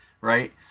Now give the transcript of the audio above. right